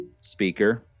speaker